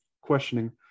questioning